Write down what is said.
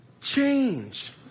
Change